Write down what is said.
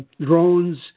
drones